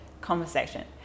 conversation